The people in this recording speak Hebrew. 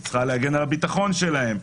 היא צריכה להגן על הביטחון שלהם,